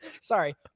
sorry